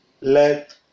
let